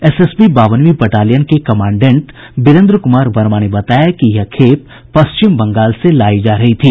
SSB बावनवीं battalion के commandant Birendra Kumar Verma ने बताया कि यह खेप पश्चिम बंगाल से लायी जा रही थी